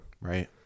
Right